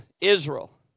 israel